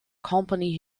company